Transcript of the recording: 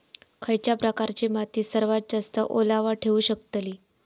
खयच्या प्रकारची माती सर्वात जास्त ओलावा ठेवू शकतली?